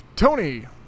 Tony